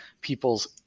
people's